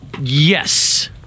Yes